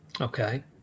okay